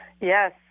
yes